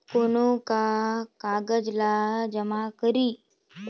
कौन का कागज ला जमा करी?